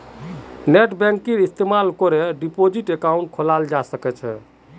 नेटबैंकिंगेर इस्तमाल करे डिपाजिट अकाउंट खोलाल जा छेक